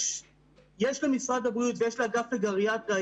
יש למשרד הבריאות ויש לאגף הגריאטריה,